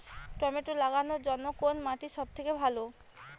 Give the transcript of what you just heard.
Tomato লাগানোর জন্যে কোন মাটি সব থেকে ভালো হবে?